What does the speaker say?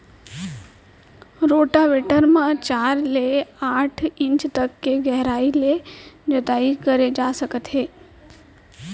rotavator म चार ले आठ इंच तक के गहराई ले जोताई करे जा सकत हे